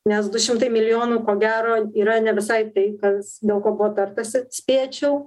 nes du šimtai milijonų ko gero yra ne visai tai kas dėl ko buvo tartasi spėčiau